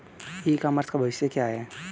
ई commerce का भविष्य क्या है?